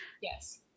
Yes